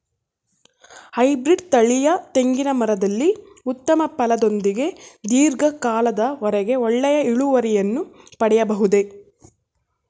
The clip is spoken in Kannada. ಹೈಬ್ರೀಡ್ ತಳಿಯ ತೆಂಗಿನ ಮರದಲ್ಲಿ ಉತ್ತಮ ಫಲದೊಂದಿಗೆ ಧೀರ್ಘ ಕಾಲದ ವರೆಗೆ ಒಳ್ಳೆಯ ಇಳುವರಿಯನ್ನು ಪಡೆಯಬಹುದೇ?